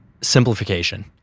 Simplification